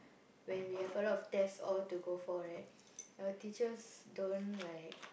when we have a lot of test all to go for right our teachers don't like